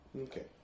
Okay